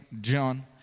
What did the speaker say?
john